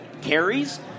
carries